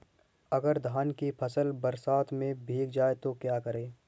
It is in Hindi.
अगर धान की फसल बरसात में भीग जाए तो क्या करें?